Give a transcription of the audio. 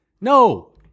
No